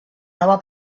nova